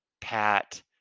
pat